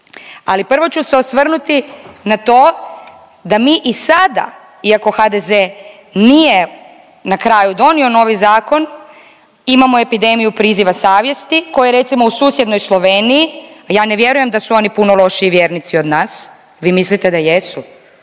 ali prvo ću se osvrnuti na to da mi i sada iako HDZ nije na kraju donio novi zakon, imamo epidemiju priziva savjesti, koje je recimo u susjednoj Sloveniji, a ja ne vjerujem da su oni puno lošiji vjernici od nas, vi mislite da jesu,